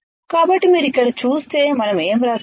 కాబట్టి మీరు ఇక్కడ చూస్తే మనం ఏమి వ్రాసాము